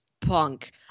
punk